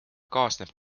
kaasneb